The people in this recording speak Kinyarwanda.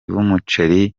b’umuceri